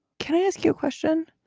can i ask you a question?